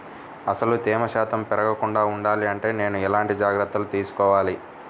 అసలు తేమ శాతం పెరగకుండా వుండాలి అంటే నేను ఎలాంటి జాగ్రత్తలు తీసుకోవాలి?